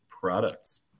products